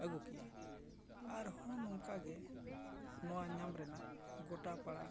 ᱟᱜᱩ ᱠᱮᱭᱟ ᱟᱨᱦᱚᱸ ᱱᱚᱝᱠᱟ ᱜᱮ ᱱᱚᱣᱟ ᱧᱟᱢ ᱨᱮᱱᱟᱜ ᱜᱚᱴᱟ ᱯᱟᱲᱟ